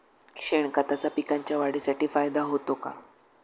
शेणखताचा पिकांच्या वाढीसाठी फायदा होतो का?